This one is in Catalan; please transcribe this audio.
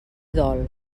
dol